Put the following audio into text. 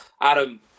Adam